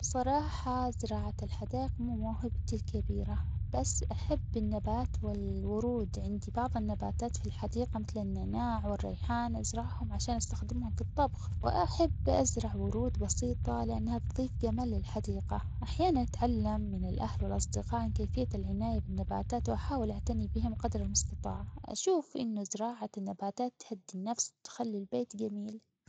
بصراحة زراعة الحدايق مو موهبتي الكبيرة بس أحب النبات والورود عندي بعض النباتات في الحديقة مثل النعناع والريحان أزرعهم عشان أستخدمهم في الطبخ، وأحب أزرع ورود بسيطة لأنها تضيف جمال للحديقة أحياناً أتعلم من الأهل والأصدقاء عن كيفية العناية بالنباتات وأحاول أعتني بهم قدر المستطاع، أشوف إنو زراعة النباتات تهدي النفس وتخلي البيت جميل.